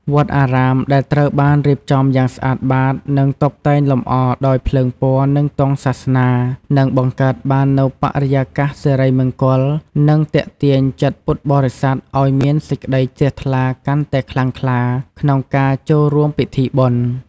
វត្តអារាមដែលត្រូវបានរៀបចំយ៉ាងស្អាតបាត និងតុបតែងលម្អដោយ ភ្លើងពណ៌ និងទង់សាសនា នឹងបង្កើតបាននូវបរិយាកាសសិរីមង្គល និងទាក់ទាញចិត្តពុទ្ធបរិស័ទឱ្យមានសេចក្ដីជ្រះថ្លាកាន់តែខ្លាំងក្លា ក្នុងការចូលរួមពិធីបុណ្យ។